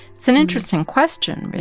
it's an interesting question, really